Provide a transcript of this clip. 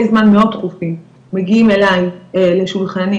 זמן מאוד תכופים מגיעים אליי לשולחני,